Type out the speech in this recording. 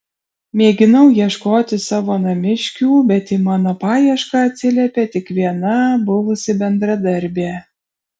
mėginau ieškoti savo namiškių bet į mano paiešką atsiliepė tik viena buvusi bendradarbė